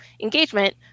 engagement